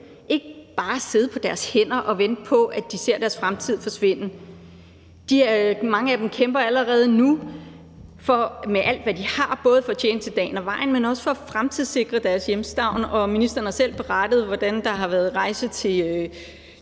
ikke bare sidde på deres hænder og vente på, at de ser deres fremtid forsvinde. Mange af dem kæmper allerede nu med alt, hvad de har, både for at tjene til dagen og vejen, men også for at fremtidssikre deres hjemstavn, og ministeren har selv berettet, hvordan der har været en rejse til Mikronesien,